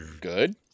Good